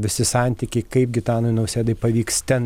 visi santykiai kaip gitanui nausėdai pavyks ten